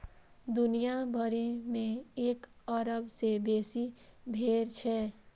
दुनिया भरि मे एक अरब सं बेसी भेड़ छै